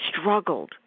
struggled